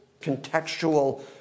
contextual